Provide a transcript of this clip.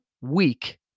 week